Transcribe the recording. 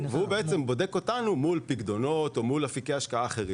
והוא בודק אותנו מול פיקדונות או מול אפיקי השקעה אחרים.